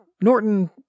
Norton